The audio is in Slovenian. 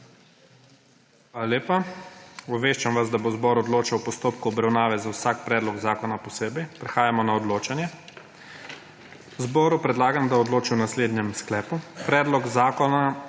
Hvala lepa. Obveščam vas, da bo zbor odločal o postopku obravnave za vsak predlog zakona posebej. Prehajamo na odločanje. Zboru predlagam, da odloča o naslednjem sklepu: Predlog zakona